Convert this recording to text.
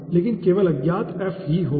लेकिन केवल अज्ञात f ही होगा